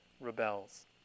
rebels